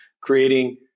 creating